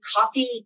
coffee